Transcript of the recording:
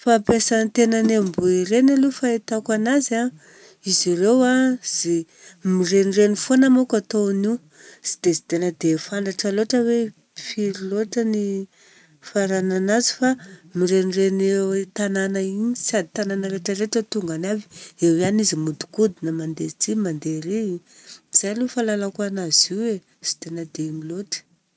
Fampiasan-tenan'ny amboa iregny aloha ny fahitako anazy an! Izy ireo an, ze mirenireny fona mako ataon'io. Tsy dia dena dia fantatra loatra hoe firy lôtra ny farana anazy fa mirenireny eo an-tanana igny. Sady tanana rehetraretra, tongany aby, eo ihany izy mihodikodigna mandeha atsy mandeha ary. Zay aloha ny fahalalako anazy io e. Tsy dia nadiny lôtra.